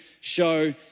show